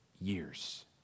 years